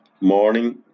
morning